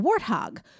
warthog